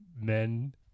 men